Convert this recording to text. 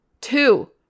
two